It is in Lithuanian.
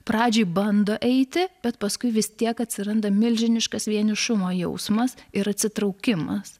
pradžiai bando eiti bet paskui vis tiek atsiranda milžiniškas vienišumo jausmas ir atsitraukimas